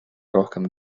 rohkem